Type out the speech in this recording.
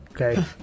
okay